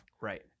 Right